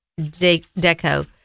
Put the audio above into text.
deco